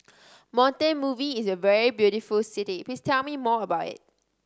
Montevideo is a very beautiful city please tell me more about it